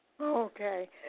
Okay